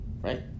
Right